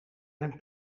zijn